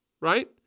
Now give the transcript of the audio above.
right